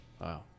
Wow